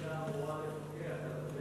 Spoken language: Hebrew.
הכנסת הייתה אמורה לפקח על התעלה הזו.